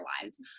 otherwise